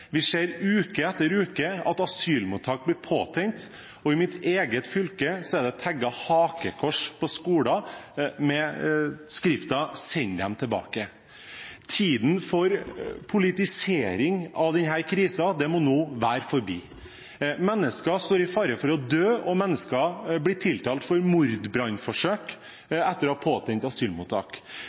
asylmottak blir påtent, og i mitt eget fylke er det tagget hakekors på skoler med påskriften «Send dem tilbake». Tiden for politisering av denne krisen må nå være forbi. Mennesker står i fare for å dø, og mennesker blir tiltalt for mordbrannforsøk etter å ha tent på asylmottak.